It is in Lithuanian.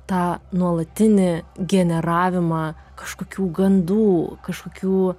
tą nuolatinį generavimą kažkokių gandų kažkokių